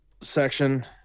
section